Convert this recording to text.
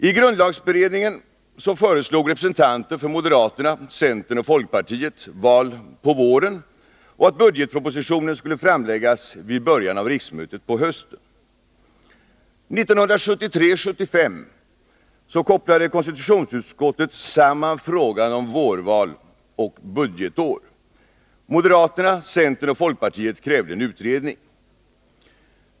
I grundlagberedningen föreslog representanter för moderaterna, centern och folkpartiet val på våren och att budgetpropositionen skulle framläggas vid början av riksmötet på hösten. 1973-1975 kopplade konstitutionsutskottet samman frågan om vårval och budgetår. Moderaterna, centern och folkpartiet krävde en utredning.